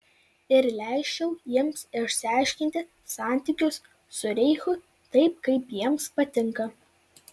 ir leisčiau jiems išsiaiškinti santykius su reichu taip kaip jiems patinka